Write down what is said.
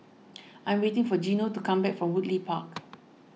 I am waiting for Geno to come back from Woodleigh Park